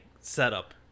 setup